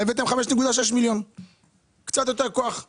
תביא 5.6 מיליון בעבודה של לילה,